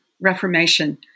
reformation